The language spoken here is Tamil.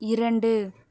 இரண்டு